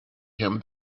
him